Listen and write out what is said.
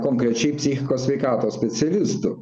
konkrečiai psichikos sveikatos specialistų